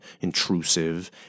intrusive